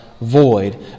void